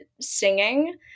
singing